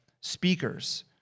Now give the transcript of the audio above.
speakers